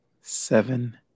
seven